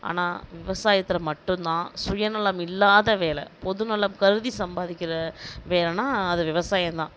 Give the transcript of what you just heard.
ஆனால் விவசாயத்தில் மட்டும்தான் சுயநலம் இல்லாத வேலை பொதுநலம் கருதி சம்பாதிக்கிற வேலைனா அது விவசாயம்தான்